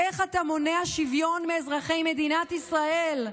איך אתה מונע שוויון מאזרחי מדינת ישראל?